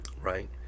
right